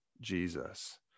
Jesus